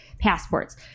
passports